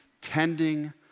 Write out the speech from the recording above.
tending